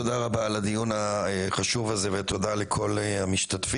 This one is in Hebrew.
תודה רבה על הדיון החשוב הזה ותודה לכל המשתתפים.